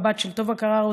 הבת של טובה קררו,